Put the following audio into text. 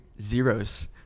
zeros